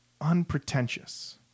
unpretentious